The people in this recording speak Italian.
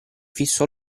fissò